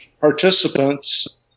participants